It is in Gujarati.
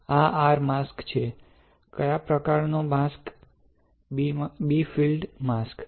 આ r માસ્ક છે કયા પ્રકારનો માસ્ક b ફીલ્ડ માસ્ક